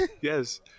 yes